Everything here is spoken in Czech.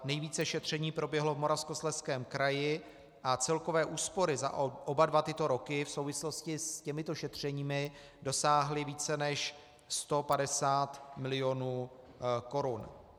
Nejvíce šetření proběhlo v Moravskoslezském kraji a celkové úspory za oba dva tyto roky v souvislosti s těmito šetřeními dosáhly více než 150 milionů korun.